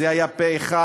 זה היה פה-אחד.